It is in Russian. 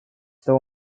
того